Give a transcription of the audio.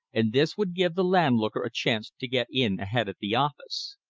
and this would give the landlooker a chance to get in ahead at the office.